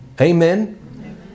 Amen